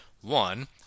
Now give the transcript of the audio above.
one